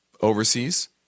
overseas